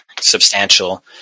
substantial